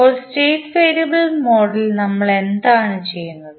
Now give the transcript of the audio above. അപ്പോൾ state variable model നമ്മൾ എന്താണ് ചെയ്യുന്നത്